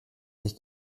sich